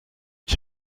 ich